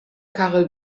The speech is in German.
karel